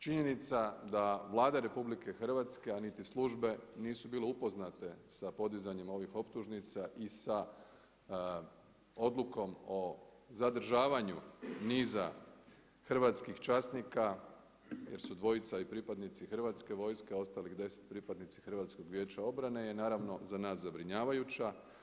Činjenica da Vlada RH, a niti službe nisu bile upoznate sa podizanjem ovih optužnica i sa odlukom o zadržavanju niza hrvatskih časnika jer su dvojica pripadnici Hrvatske vojske, ostalih 10 pripadnici HVO-a je naravno za nas zabrinjavajuća.